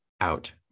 out